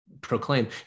proclaim